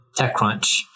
TechCrunch